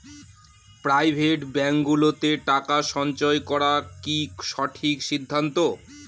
Private ব্যাঙ্কগুলোতে টাকা সঞ্চয় করা কি সঠিক সিদ্ধান্ত?